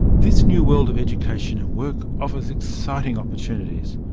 this new world of education and work offers exciting opportunities.